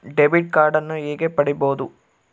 Debit ಕಾರ್ಡನ್ನು ಹೇಗೆ ಪಡಿಬೋದು?